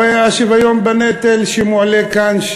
הרי השוויון בנטל שמועלה כאן,